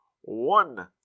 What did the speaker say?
one